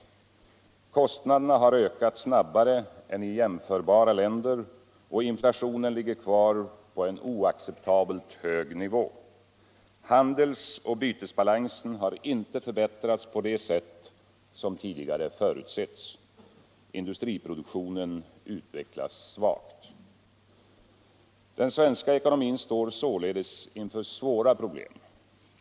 Kostnaderna har ökat snabbare än i lämförbara länder och inflationen ligger kvar på en oacceptabelt hög nivå. Handelsoch bytesbalansen har inte förbättrats på det sätt som tidigare förutseus. Industriproduktionen utvecklas svagt. Den svenska eckonomin står således inför svåra problem.